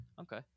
Okay